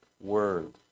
word